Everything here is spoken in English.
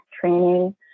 training